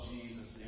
Jesus